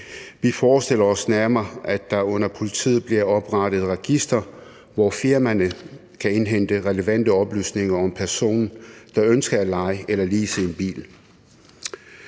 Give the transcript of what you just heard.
Vi forestiller os nærmere, at der under politiet bliver oprettet et register, hvor firmaerne kan indhente relevante oplysninger om en person, der ønsker at leje eller lease en bil.